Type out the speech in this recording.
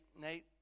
Nate